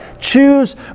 choose